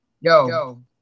Yo